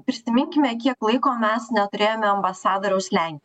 prisiminkime kiek laiko mes neturėjome ambasadoriaus lenkijoj